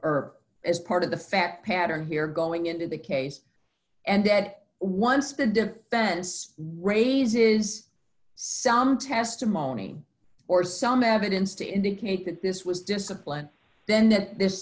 or as part of the fact pattern here going into the case and that once the defense raises some testimony or some evidence to indicate that this was discipline then th